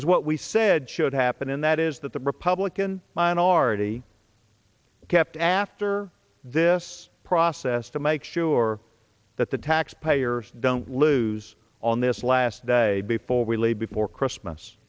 is what we said should happen and that is that the republican minority kept after this process to make sure that the taxpayers don't lose on this last day before we leave before christmas